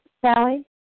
Sally